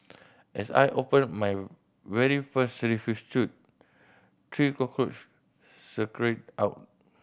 as I opened my very first refuse chute three cockroach scurried out